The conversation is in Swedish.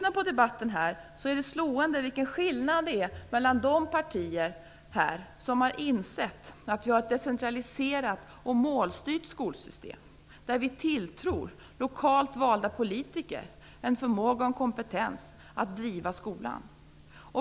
Av debatten här att döma är det slående vilken skillnad det är mellan de partier som insett att vi har ett decentraliserat och målstyrt skolsystem, där vi tilltror lokalt valda politiker en förmåga och en kompetens att driva skolan.